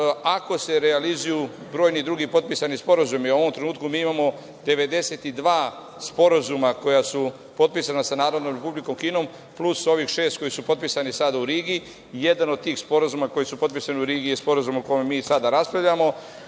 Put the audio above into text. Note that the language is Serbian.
ako se realizuju brojni drugi potpisani sporazumi, u ovom trenutku imamo 92 sporazuma koja su potpisana sa Narodnom Republikom Kinom, plus ovih šest koji su potpisani sada u Rigi, jedan od tih sporazuma koji su potpisani u Rigi je Sporazum o kojem mi sada raspravljamo.